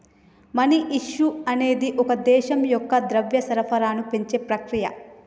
money issue అనేది ఒక దేశం యొక్క ద్రవ్య సరఫరాను పెంచే ప్రక్రియ